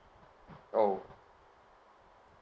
oh